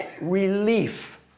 relief